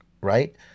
right